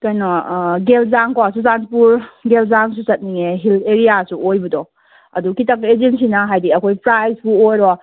ꯀꯩꯅꯣ ꯖꯦꯜꯖꯥꯡꯀꯣ ꯆꯨꯔꯆꯥꯟꯄꯨꯔ ꯖꯦꯜꯖꯥꯡꯁꯨ ꯆꯠꯅꯤꯡꯉꯦ ꯍꯤꯜ ꯑꯦꯔꯤꯌꯥꯁꯨ ꯑꯣꯏꯕꯗꯣ ꯑꯗꯨ ꯈꯤꯇꯪ ꯑꯦꯖꯦꯟꯁꯤꯅ ꯍꯥꯏꯗꯤ ꯑꯩꯈꯣꯏ ꯄ꯭ꯔꯥꯖꯄꯨ ꯑꯣꯏꯔꯣ